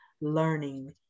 learning